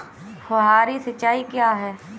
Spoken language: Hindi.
फुहारी सिंचाई क्या है?